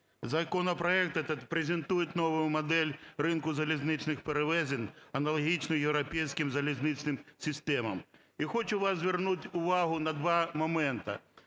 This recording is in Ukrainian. Законопроект этот презентует новую модель ринку залізничних перевезень, аналогічно європейським залізничним системам. І хочу вас звернути увагу на два моменти.